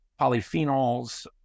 polyphenols